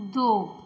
ਦੋ